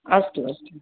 अस्तु अस्तु